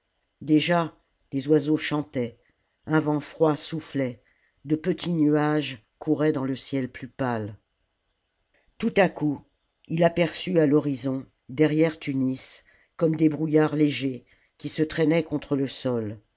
déjà les oiseaux chantaient un vent froid soufflait de petits nuages couraient dans le ciel plus pâle tout à coup il aperçut à l'horizon derrière tunis comme des brouillards légers qui se traînaient contre le sol